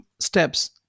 Steps